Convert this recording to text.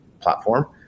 platform